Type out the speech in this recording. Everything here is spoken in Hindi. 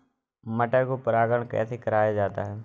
मटर को परागण कैसे कराया जाता है?